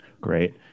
Great